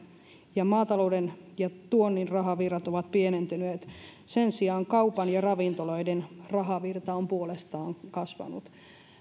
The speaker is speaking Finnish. ja maatalouden ja tuonnin rahavirrat ovat pienentyneet sen sijaan kaupan ja ravintoloiden rahavirta on puolestaan kasvanut